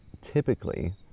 typically